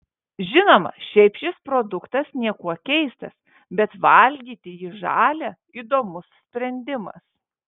žinoma šiaip šis produktas niekuo keistas bet valgyti jį žalią įdomus sprendimas